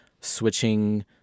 switching